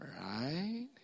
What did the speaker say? Right